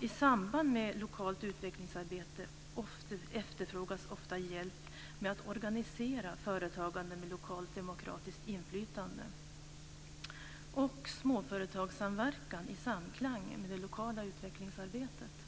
I samband med lokalt utvecklingsarbete efterfrågas ofta hjälp med att organisera företagande med lokalt demokratiskt inflytande och småföretagssamverkan i samklang med det lokala utvecklingsarbetet.